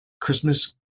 Christmas